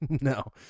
No